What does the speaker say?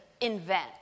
invent